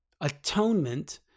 Atonement